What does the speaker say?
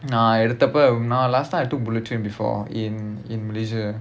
நான் எடுத்த அப்போ:naan edutha appo last time I took bullet train before in in malaysia